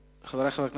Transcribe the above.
חברי חברי הכנסת,